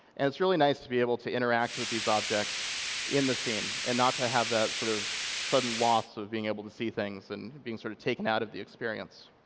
and it's really nice to be able to interact with these objects in the scene and not to have that sort of sudden loss of being able to see things and be sort of taken out of the experience.